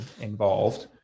involved